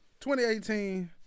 2018